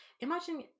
imagine